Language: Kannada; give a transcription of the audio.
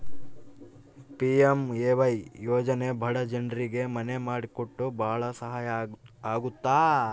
ಪಿ.ಎಂ.ಎ.ವೈ ಯೋಜನೆ ಬಡ ಜನ್ರಿಗೆ ಮನೆ ಮಾಡಿ ಕೊಟ್ಟು ಭಾಳ ಸಹಾಯ ಆಗುತ್ತ